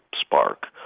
spark